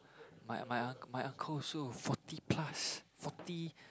my my my uncle also forty plus forty